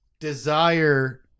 desire